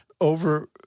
over